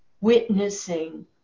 witnessing